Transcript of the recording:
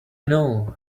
know